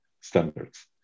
standards